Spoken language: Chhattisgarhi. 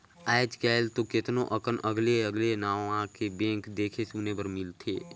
आयज कायल तो केतनो अकन अगले अगले नांव के बैंक देखे सुने बर मिलथे